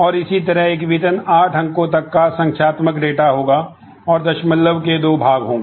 और इसी तरहएक वेतन 8 अंको तक का संख्यात्मक डेटा होगा और दशमलव के दो भाग होंगे